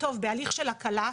בהליך של הקלה,